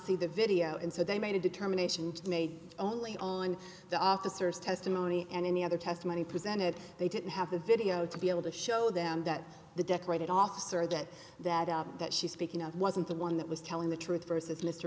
see the video and so they made a determination to made only on the officer's testimony and any other testimony presented they didn't have the video to be able to show them that the decorated officer that that that she's speaking of wasn't the one that was telling the truth versus mr